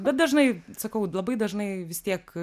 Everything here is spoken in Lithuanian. bet dažnai sakau labai dažnai vis tiek